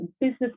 business